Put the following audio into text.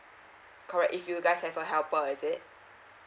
correct if you guys have a helper is it